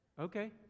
Okay